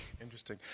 Interesting